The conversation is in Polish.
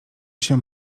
się